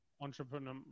Entrepreneur